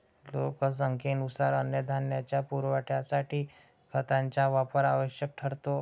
लोकसंख्येनुसार अन्नधान्याच्या पुरवठ्यासाठी खतांचा वापर आवश्यक ठरतो